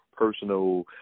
personal